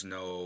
no